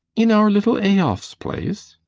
in our little eyolf's place!